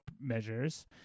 measures